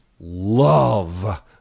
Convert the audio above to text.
love